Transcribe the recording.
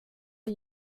are